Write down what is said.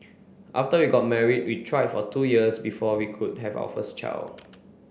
after we got married we tried for two years before we could have our first child